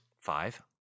Five